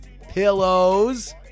pillows